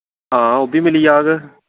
हां ओह् बी मिली जाह्ग